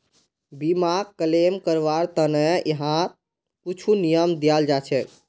बीमाक क्लेम करवार त न यहात कुछु नियम दियाल जा छेक